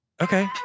Okay